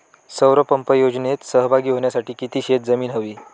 सौर पंप योजनेत सहभागी होण्यासाठी किती शेत जमीन हवी?